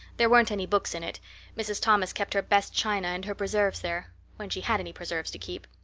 there weren't any books in it mrs. thomas kept her best china and her preserves there when she had any preserves to keep.